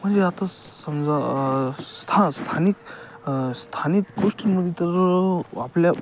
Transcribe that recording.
म्हणजे आता समजा स्था स्थानिक स्थानिक गोष्टींमध्ये तर आपल्या